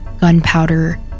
gunpowder